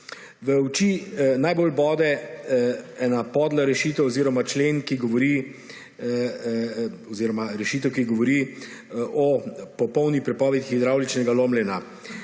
V oči najbolj bode podla rešitev, ki govori o popolni prepovedi hidravličnega lomljenja.